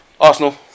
Arsenal